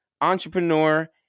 entrepreneur